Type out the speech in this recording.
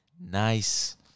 nice